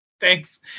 thanks